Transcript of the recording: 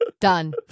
Done